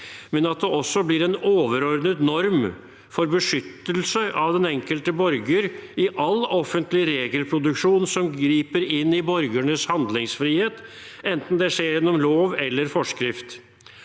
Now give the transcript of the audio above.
men at det også blir en overordnet norm for beskyttelse av den enkelte borger i all offentlig regelproduksjon som griper inn i borgernes handlingsfrihet, enten det skjer gjennom lov eller forskrift.